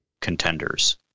contenders